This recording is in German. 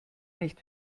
nicht